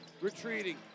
Retreating